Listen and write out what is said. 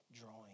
drawing